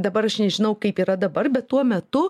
dabar aš nežinau kaip yra dabar bet tuo metu